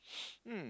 um